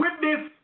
witness